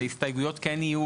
ההסתייגויות יהיו,